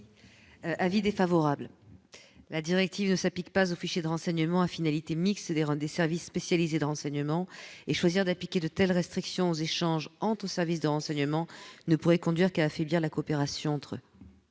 la commission ? La directive ne s'applique pas aux fichiers de renseignement à finalité mixte des services spécialisés de renseignement. Choisir d'appliquer de telles restrictions aux échanges entre services de renseignement ne pourrait qu'affaiblir la coopération entre